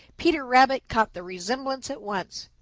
peter rabbit caught the resemblance at once.